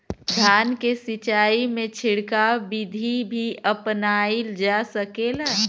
धान के सिचाई में छिड़काव बिधि भी अपनाइल जा सकेला?